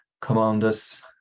commanders